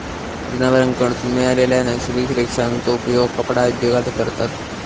जनावरांकडसून मिळालेल्या नैसर्गिक रेशांचो उपयोग कपडा उद्योगात करतत